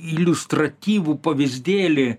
iliustratyvų pavyzdėlį